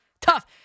tough